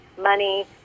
money